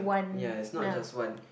ya is not just one